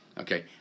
Okay